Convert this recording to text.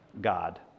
God